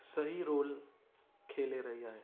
सही रोल खेले रही आहे